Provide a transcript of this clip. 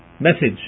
message